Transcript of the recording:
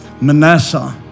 Manasseh